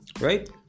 right